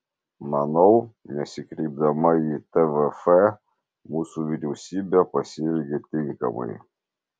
manau nesikreipdama į tvf mūsų vyriausybė pasielgė tinkamai